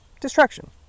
Destruction